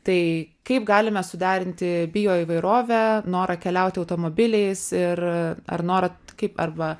tai kaip galime suderinti bioįvairovę norą keliauti automobiliais ir ar norą kaip arba